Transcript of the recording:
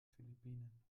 philippinen